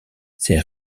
ces